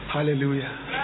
Hallelujah